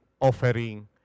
offering